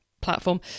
platform